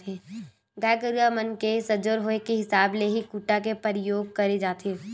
गाय गरुवा मन के सजोर होय के हिसाब ले ही खूटा के परियोग करे जाथे